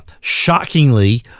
shockingly